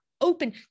open